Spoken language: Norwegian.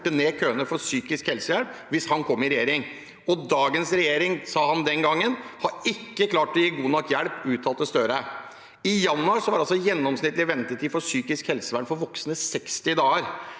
ned køene der hvis han kom i regjering. Dagens regjering, uttalte han den gangen, hadde ikke klart å gi god nok hjelp. I januar var altså gjennomsnittlig ventetid for psykisk helsevern for voksne 60 dager